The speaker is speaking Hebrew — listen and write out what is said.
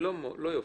לא יופיע.